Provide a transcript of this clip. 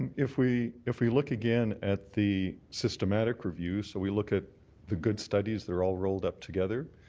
if we if we look again at the systemic review so we look at the good studies that are all rolled up together,